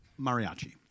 Mariachi